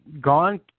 gone